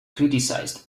criticized